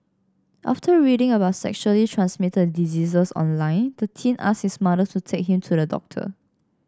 after reading about sexually transmitted diseases online the teen asked his mother to take him to the doctor